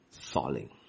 falling